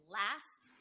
last